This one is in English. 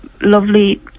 lovely